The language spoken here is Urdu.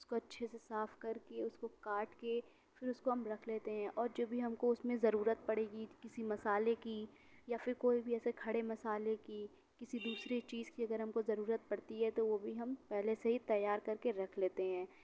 اُس کو اچھے سے صاف کرکے اُس کو کاٹ کے پھر اُس کو ہم رکھ لیتے ہیں اور جو بھی ہم کو اُس میں ضرورت پڑے گی کسی مسالے کی یا پھر کوئی بھی ایسے کھڑے مسالے کی کسی دوسرے چیز کی اگر ہم کو ضرورت پڑتی ہے تو وہ بھی ہم پہلے سے تیار کرکے رکھ لیتے ہیں